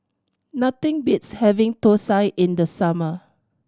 nothing beats having thosai in the summer